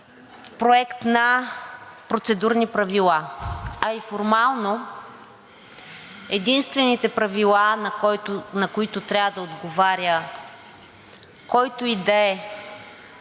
Проект на процедурни правила. А и формално единствените правила, на които трябва да отговаря който и да е